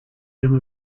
home